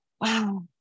wow